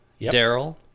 daryl